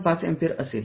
५ ampere असेल